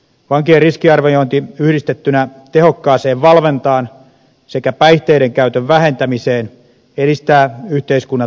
vankien riskiarviointi yhdistettynä tehokkaaseen valvontaan sekä päihteiden käytön vähentämiseen edistää yhteiskunnan turvallisuutta